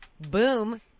Boom